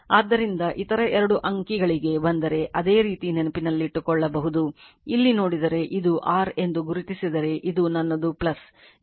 ಆದ್ದರಿಂದ ಇತರ 2 ಅಂಕಿಗಳಿಗೆ ಬಂದರೆ ಇದೇ ರೀತಿ ನೆನಪಿಸಿಕೊಳ್ಳಬಹುದು ಇಲ್ಲಿ ನೋಡಿದರೆ ಇದು r ಎಂದು ಗುರುತಿಸಿದರೆ ಇದು ನನ್ನದು ಇದು